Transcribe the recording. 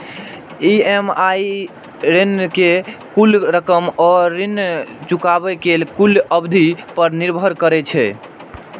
EMI ऋण के कुल रकम आ ऋण चुकाबै के कुल अवधि पर निर्भर करै छै